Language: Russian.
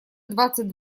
двадцать